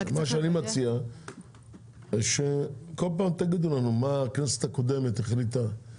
אני מציע שכל פעם תגידו מה הכנסת הקודמת הציעה או שינתה.